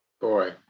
Boy